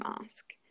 mask